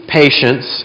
patience